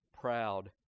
proud